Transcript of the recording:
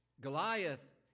Goliath